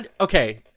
okay